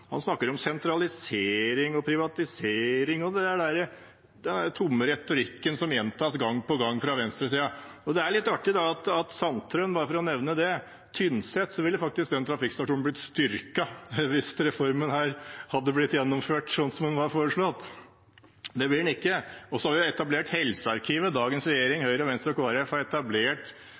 han snakker om sentralisering og privatisering. Det er den tomme retorikken som gjentas gang på gang fra venstresiden. Det er litt artig da å nevne at i Tynset ville faktisk trafikkstasjonen blitt styrket hvis denne reformen hadde blitt gjennomført slik den var foreslått. Det blir den ikke. Så har vi etablert helsearkivet. Dagens regjering, med Høyre, Venstre og Kristelig Folkeparti, har, da Fremskrittspartiet var med, etablert